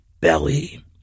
belly